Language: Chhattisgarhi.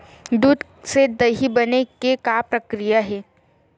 दूध से दही बने के का प्रक्रिया हे?